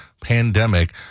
pandemic